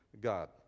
God